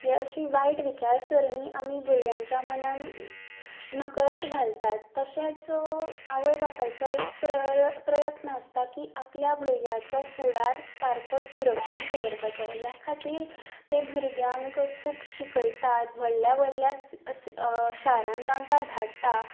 हें अशी वायट विचार सरणी आमी भुरग्यांच्या मनान नकळत घालतात तशेंच आवय बापायचो एक प्रर प्रयत्न आसता की आपल्या भुरग्याचो फुडार सारको सुरक्षीत दवरपाचो ह्या खातीर ते भुरग्यांक खूब शिकयतात व्हडल्या व्हडल्या शारांत तांकां धाडटात